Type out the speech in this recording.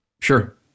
Sure